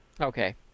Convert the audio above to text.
Okay